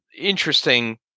interesting